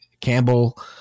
Campbell